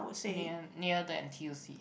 near near the N_T_U_C